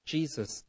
Jesus